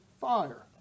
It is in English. fire